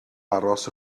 aros